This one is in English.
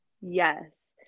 Yes